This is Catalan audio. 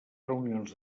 reunions